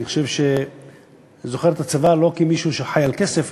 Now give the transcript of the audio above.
אני זוכר את השירות בצבא לא כמישהו שחי על כסף,